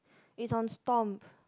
its on stomp